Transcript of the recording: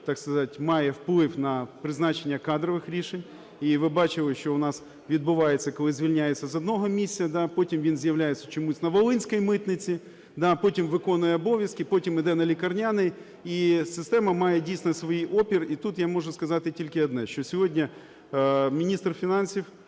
має вплив на призначення кадрових рішень. І ви бачили, що у нас відбувається, коли звільняються з одного місця, а потім він з'являється чомусь на волинській митниці, а потім виконує обов'язки, потім йде на лікарняний. І система має дійсно свій опір. І тут я можу сказати тільки одне, що сьогодні міністр фінансів